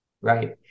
Right